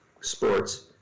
sports